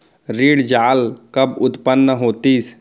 ऋण जाल कब उत्पन्न होतिस?